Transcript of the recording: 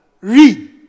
Read